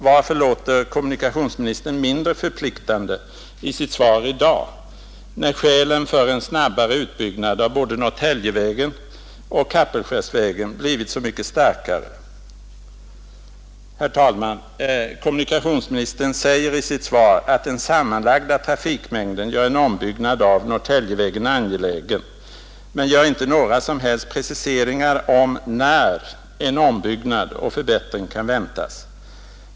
Varför låter kommunikationsministern mindre förpliktande i sitt svar i dag, när skälen för en snabbare utbyggnad av både Norrtäljevägen och Kapellskärsvägen blivit så mycket starkare? Herr talman! Kommunikationsministern säger i sitt svar att den sammanlagda trafikmängden gör en ombyggnad av Norrtäljevägen angelägen men lämnar inte några som helst preciseringar av när en ombyggnad och förbättring kan väntas.